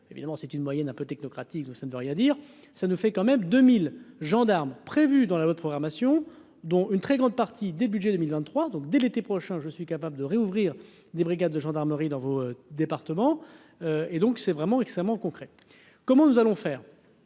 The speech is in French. évidemment, c'est une moyenne un peu technocratique de ça ne veut rien dire, ça nous fait quand même 2000 gendarmes prévu dans la loi de programmation dont une très grande partie des Budgets 2023 donc, dès l'été prochain, je suis capable de réouvrir des brigades de gendarmerie dans vos départements, et donc c'est vraiment extrêmement concret, comment nous allons faire,